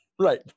Right